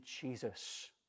Jesus